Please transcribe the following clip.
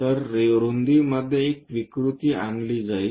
तर रुंदीमध्ये एक विकृती आणली जाईल